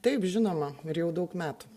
taip žinoma ir jau daug metų